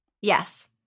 yes